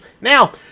Now